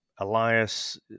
Elias